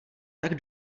tak